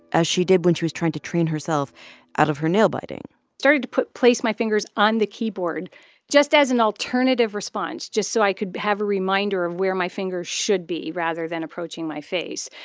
as she did when she was trying to train herself out of her nail biting i started to put place my fingers on the keyboard just as an alternative response, just so i could have a reminder of where my fingers should be rather than approaching my face.